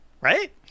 right